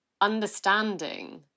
understanding